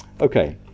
Okay